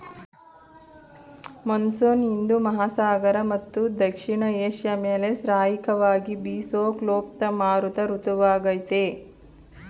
monsoon ಹಿಂದೂ ಮಹಾಸಾಗರ ಮತ್ತು ದಕ್ಷಿಣ ಏಷ್ಯ ಮೇಲೆ ಶ್ರಾಯಿಕವಾಗಿ ಬೀಸೋ ಕ್ಲುಪ್ತ ಮಾರುತ ಋತುವಾಗಯ್ತೆ